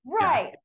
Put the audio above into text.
Right